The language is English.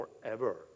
forever